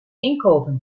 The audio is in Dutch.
inkopen